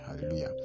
Hallelujah